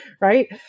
right